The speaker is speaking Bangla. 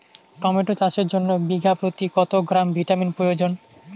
টমেটো চাষের জন্য বিঘা প্রতি কত গ্রাম ভিটামিন প্রয়োজন?